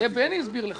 זה בני הסביר לך.